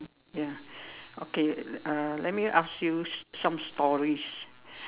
ya okay uh let me ask you some stories